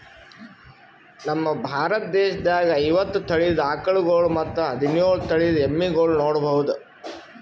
ನಮ್ ಭಾರತ ದೇಶದಾಗ್ ಐವತ್ತ್ ತಳಿದ್ ಆಕಳ್ಗೊಳ್ ಮತ್ತ್ ಹದಿನೋಳ್ ತಳಿದ್ ಎಮ್ಮಿಗೊಳ್ ನೋಡಬಹುದ್